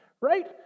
right